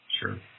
sure